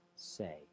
say